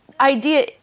idea